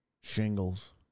Shingles